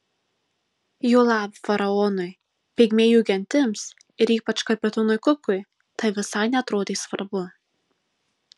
juolab faraonui pigmėjų gentims ir ypač kapitonui kukui tai visai neatrodė svarbu